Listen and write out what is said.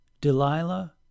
Delilah